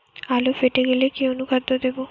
আলু ফেটে গেলে কি অনুখাদ্য দেবো?